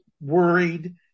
worried